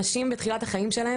אנשים בתחילת החיים שלהם,